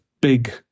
big